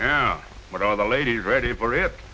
yeah but all the ladies ready for it